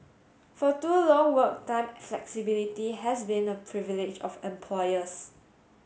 for too long work time flexibility has been a privilege of employers